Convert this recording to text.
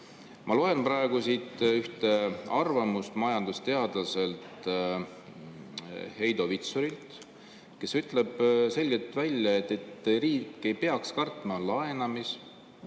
Ma loen praegu siit ühte arvamust majandusteadlaselt Heido Vitsuril, kes ütleb selgelt välja, et riik ei peaks kartma laenamist,